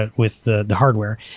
ah with the the hardware.